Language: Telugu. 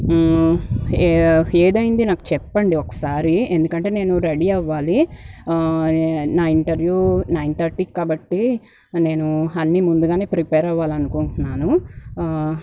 ఏదైంది నాకు చెప్పండి ఒకసారి ఎందుకంటే నేను రెడీ అవ్వాలి నా ఇంటర్వ్యూ నైన్ థర్టీకి కాబట్టి నేను అన్ని ముందుగానే ప్రిపేర్ అవ్వాలనుకుంటున్నాను